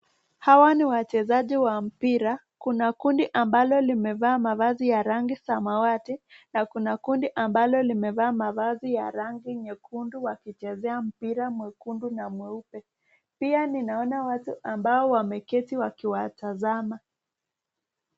Hawa ni wachezaji wa mpira kuna kundi ambalo limevaa mavazi ya rangi samawati na kuna kundi ambalo limevaa mavazi ya rangi nyekundu wa kichezaji mpira mwekundu na mweupe pia ninaona watu ambao wame keti wakiwatazama